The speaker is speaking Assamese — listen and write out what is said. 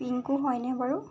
পিংকু হয়নে বাৰু